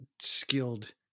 skilled